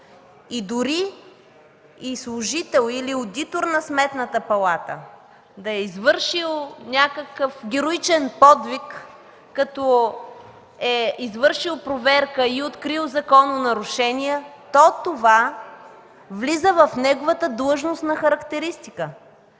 и дори служител или одитор на Сметната палата да е извършил някакъв героичен подвиг, като е направил проверка и е открил закононарушения, то това влиза в неговата длъжностна характеристика,